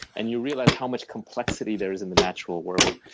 and you realize how much complexity there is in the natural world,